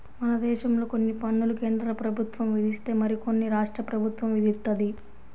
మనదేశంలో కొన్ని పన్నులు కేంద్రప్రభుత్వం విధిస్తే మరికొన్ని రాష్ట్ర ప్రభుత్వం విధిత్తది